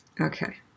Okay